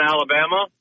Alabama